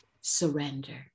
surrender